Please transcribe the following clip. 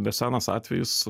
ne senas atvejis